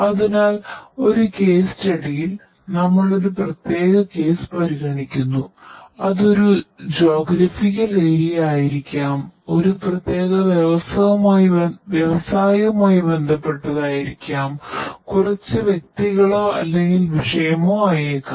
അതിനാൽ ഒരു കേസ് സ്റ്റഡിയിൽ ആയിരിക്കാം ഒരു പ്രത്യേക വ്യവസായവുമായി ബന്ധപ്പെട്ടതായിരിക്കാം കുറച്ച് വ്യക്തികളോ അല്ലെങ്കിൽ വിഷയമോ ആയേക്കാം